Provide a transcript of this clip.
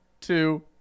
Two